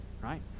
right